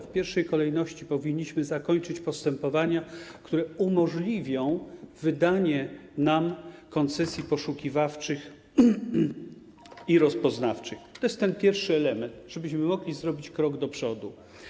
W pierwszej kolejności powinniśmy zakończyć postępowania, które umożliwią nam wydanie koncesji poszukiwawczych i rozpoznawczych, to jest ten pierwszy element, żebyśmy mogli zrobić krok do przodu.